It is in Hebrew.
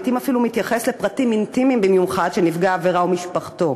שלעתים אפילו מתייחס לפרטים אינטימיים במיוחד של נפגע העבירה ומשפחתו.